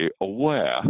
aware